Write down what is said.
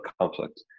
conflict